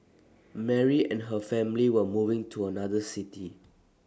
Mary and her family were moving to another city